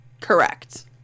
Correct